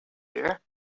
dear